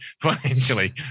financially